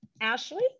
Ashley